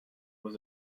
was